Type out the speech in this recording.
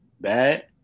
bad